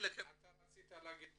רצית להגיד משהו.